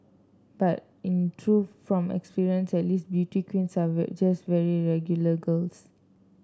but in truth from my experience at least beauty queens are just very regular girls